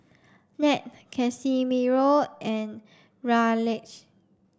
Nat Casimiro and Raleigh